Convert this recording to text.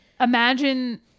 imagine